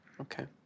Okay